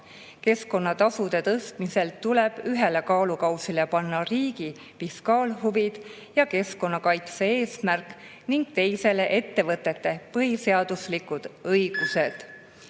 Keskkonnatasude tõstmisel tuleb ühele kaalukausile panna riigi fiskaalhuvid ja keskkonnakaitse eesmärk ning teisele ettevõtete põhiseaduslikud õigused.